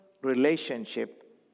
relationship